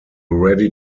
ready